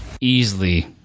easily